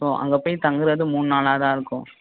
so அங்கே போய் தங்குகிறது மூணு நாள் தான் இருக்கும்